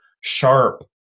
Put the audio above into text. sharp